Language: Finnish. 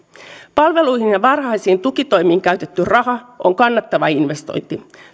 palveluihin ja varhaisiin tukitoimiin käytetty raha on kannattava investointi